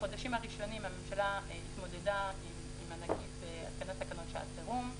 בחודשים הראשונים הממשלה התמודדה עם התקנת תקנות לשעת חירום.